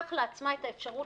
תיקח לעצמה את האפשרות